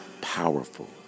powerful